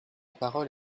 parole